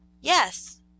Yes